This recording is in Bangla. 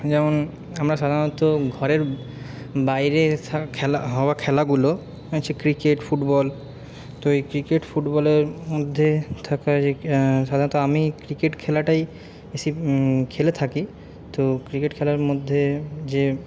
যেমন আমরা সাধারণত ঘরের বাইরে সব খেলা হওয়া খেলাগুলো ক্রিকেট ফুটবল তো এই ক্রিকেট ফুটবলের মধ্যে থাকা যে সাধারণত আমি ক্রিকেট খেলাটাই বেশি খেলে থাকি তো ক্রিকেট খেলার মধ্যে যে